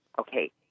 Okay